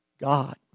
God